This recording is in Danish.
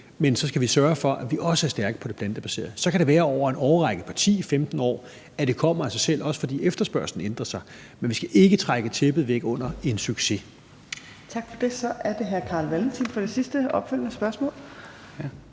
men så skal vi sørge for, at vi også er stærke på det plantebaserede område. Så kan det være, at det over en årrække på 10-15 år kommer af sig selv, også fordi efterspørgslen ændrer sig, men vi skal ikke trække tæppet væk under en succes. Kl. 15:42 Fjerde næstformand (Trine Torp): Tak for det. Så er det hr. Carl Valentin for det sidste opfølgende spørgsmål.